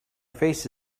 face